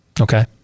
Okay